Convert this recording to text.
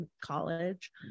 college